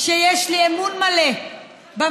שיש לי אמון מלא במשטרה.